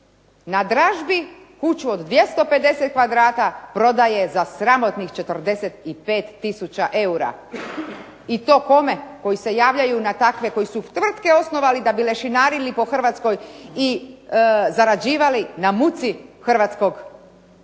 na dražbi kuću od 250 kvadrata prodaje za sramotnih 45 tisuća eura i to kome, koji se javljaju na takve, koji su tvrtke osnovali da bi lešinarili po Hrvatskoj i zarađivali na muci hrvatskog građanina.